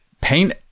paint